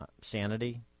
sanity